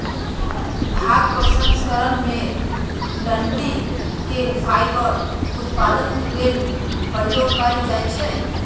भांग प्रसंस्करण में डनटी के फाइबर उत्पादन के लेल प्रयोग कयल जाइ छइ